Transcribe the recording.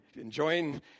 enjoying